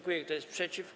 Kto jest przeciw?